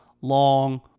long